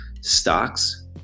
stocks